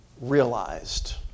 realized